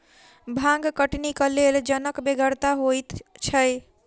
भांग कटनीक लेल जनक बेगरता होइते छै